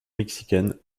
mexicaine